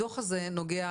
הדוח הזה נוגע,